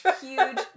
huge